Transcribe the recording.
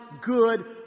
good